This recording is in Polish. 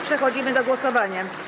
Przechodzimy do głosowania.